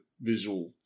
visual